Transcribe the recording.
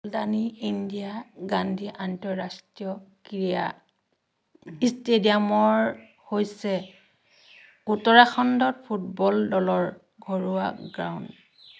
হাল্ডৱানীৰ ইন্দিৰা গান্ধী আন্তঃৰাষ্ট্ৰীয় ক্ৰীড়া ইষ্টেডিয়ামৰ হৈছে উত্তৰাখণ্ডত ফুটবল দলৰ ঘৰুৱা গ্ৰাউণ্ড